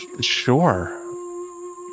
Sure